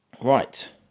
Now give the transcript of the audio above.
right